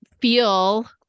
feel